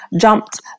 jumped